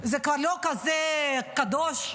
לא כזה קדוש,